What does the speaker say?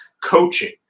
coaching